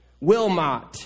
Wilmot